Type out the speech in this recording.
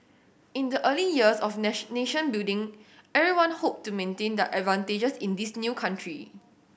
in the early years of nation building everyone hoped to maintain the advantages in this new country